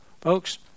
Folks